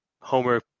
Homer